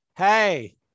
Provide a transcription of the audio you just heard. hey